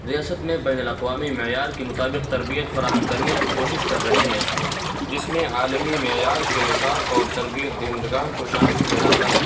ریاست میں بین الاقوامی معیار کے مطابق تربیت فراہم کرنے کی کوشش کر رہے ہیں جس میں عالمی معیار کے نصاب اور تربیت دہندگان کو شامل کیا جاتا ہے